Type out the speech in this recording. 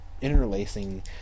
interlacing